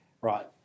right